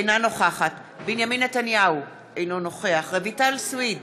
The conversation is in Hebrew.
אינה נוכחת בנימין נתניהו, אינו נוכח רויטל סויד,